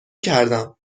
کردم